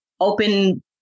open